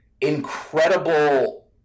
incredible